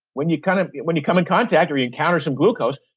when you kind of when you come in contact or you encounter some glucose,